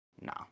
no